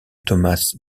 thomas